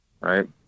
right